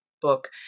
book